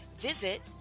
visit